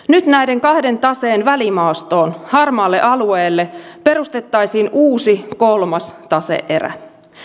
nyt näiden kahden taseen välimaastoon harmaalle alueelle perustettaisiin uusi kolmas tase erä